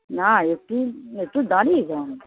না একটু একটু দাঁড়িয়ে যাও না